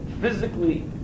physically